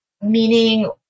meaning